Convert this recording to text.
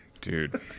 dude